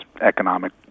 economic